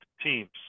teams